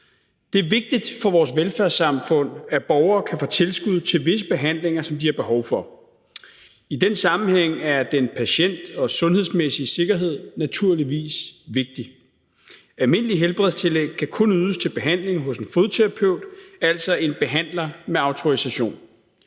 Det er vigtigt for vores velfærdssamfund, at borgere kan få tilskud til visse behandlinger, som de har behov for. I den sammenhæng er den patient- og sundhedsmæssige sikkerhed naturligvis vigtig. Almindelige helbredstillæg kan kun ydes til behandling hos en fodterapeut, altså en behandler med autorisation.